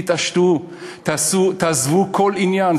תתעשתו, תעזבו כל עניין.